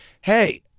Hey